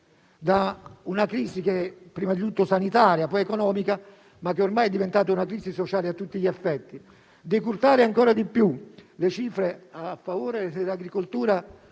da una crisi che è prima di tutto sanitaria e poi economica, ma che ormai è diventata una crisi sociale a tutti gli effetti. Decurtare ancora di più le cifre a favore dell'agricoltura